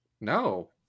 No